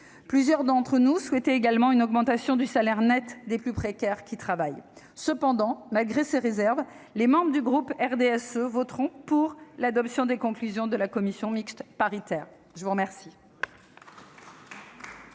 Plusieurs d'entre nous souhaitaient également une augmentation du salaire net des personnes les plus précaires qui travaillent. Cependant, malgré ces réserves, les membres du groupe RDSE voteront pour l'adoption des conclusions de la commission mixte paritaire. Conformément